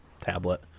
tablet